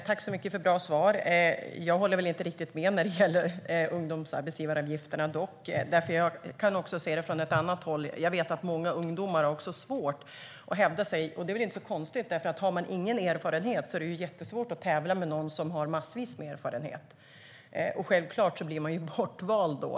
Herr talman! Tack för bra svar, Håkan Svenneling! Jag håller inte riktigt med när det gäller ungdomsarbetsgivaravgifterna, för jag kan se det från ett annat håll. Jag vet att många ungdomar har svårt att hävda sig på arbetsmarknaden, och det är väl inte så konstigt. Om man inte har någon erfarenhet är det ju jättesvårt att tävla med någon som har massvis av erfarenhet. Självklart blir man bortvald då.